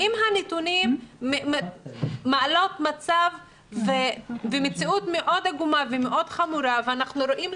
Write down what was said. אם הנתונים מראים מצב ומציאות עגומה מאוד וחמורה מאוד ואנחנו רואים,